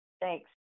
Thanks